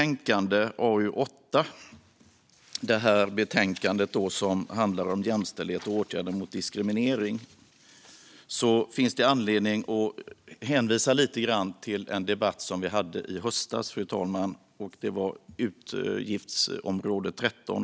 När det gäller betänkande AU8, som handlar om jämställdhet och åtgärder mot diskriminering, finns det anledning att hänvisa lite grann till en debatt vi hade i höstas. Det gäller debatten om utgiftsområde 13.